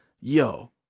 yo